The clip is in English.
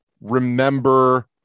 remember